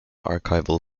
archival